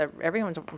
Everyone's